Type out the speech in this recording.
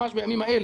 ממש בימים אלה,